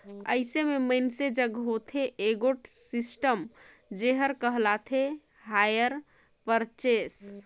अइसे में मइनसे जग होथे एगोट सिस्टम जेहर कहलाथे हायर परचेस